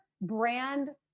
brand